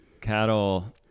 cattle